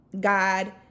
god